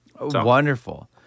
wonderful